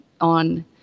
on